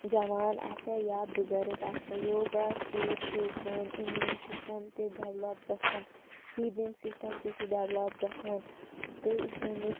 جوان آسیٛا یا بُزرٕگ آسیٛا یوگا سۭتۍ چھِ سٲنۍ اِمیٛوٗن سِسٹَم تہِ ڈیٚولَپ گژھان فیٖلِنٛگ سِسٹَم تہِ چھُ ڈیٚولَپ گژھان تہٕ سٲنِس